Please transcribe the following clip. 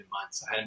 months